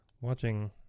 watching